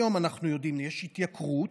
היום אנחנו יודעים שכשיש התייקרות,